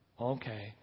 Okay